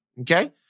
Okay